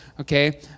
okay